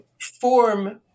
form